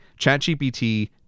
ChatGPT